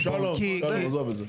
שלום, שלום, עזוב את זה.